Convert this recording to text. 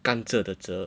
甘蔗的蔗